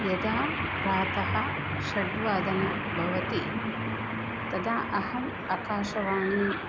यदा प्रातः षड्वादनं भवति तदा अहम् आकाशवाणी